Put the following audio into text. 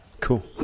cool